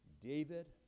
David